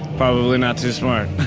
probably not too smart.